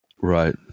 Right